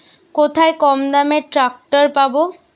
কোথায় কমদামে ট্রাকটার পাব?